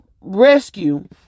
rescue